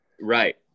Right